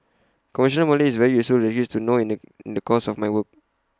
conversational Malay is A very useful language to know in the in the course of my work